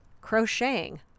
crocheting